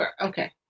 Okay